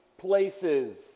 places